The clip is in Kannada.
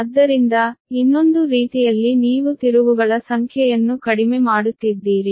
ಆದ್ದರಿಂದ ಇನ್ನೊಂದು ರೀತಿಯಲ್ಲಿ ನೀವು ತಿರುವುಗಳ ಸಂಖ್ಯೆಯನ್ನು ಕಡಿಮೆ ಮಾಡುತ್ತಿದ್ದೀರಿ